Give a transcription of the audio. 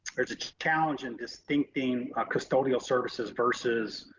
a challenge in this thinking custodial services versus,